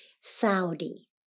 Saudi